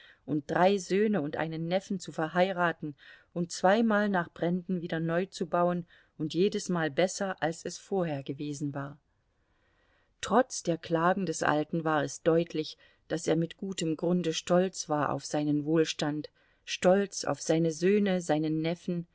und drei söhne und einen neffen zu verheiraten und zweimal nach bränden wieder neu zu bauen und jedesmal besser als es vorher gewesen war trotz der klagen des alten war es deutlich daß er mit gutem grunde stolz war auf seinen wohlstand stolz auf seine söhne seinen neffen